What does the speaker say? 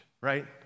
right